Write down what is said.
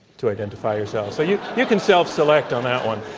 to identify yourselves, so you you can self-select on that one.